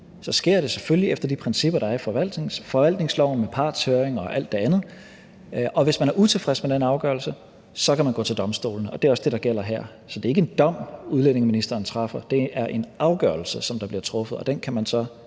sker det selvfølgelig efter de principper, der er i forvaltningsloven, med partshøring og alt det andet. Og hvis man er utilfreds med den afgørelse, kan man gå til domstolene. Det er også det, der gælder her. Så det er ikke en dom, udlændingeministeren afsiger, det er en afgørelse, som bliver truffet, og den kan man så,